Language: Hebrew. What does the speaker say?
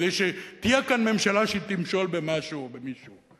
כדי שתהיה כאן ממשלה שתמשול במשהו או במישהו.